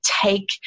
take